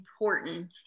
important